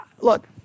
look